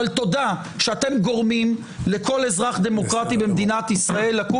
אבל תודה שאתם גורמים לכל אזרח דמוקרטי במדינת ישראל לקום